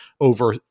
over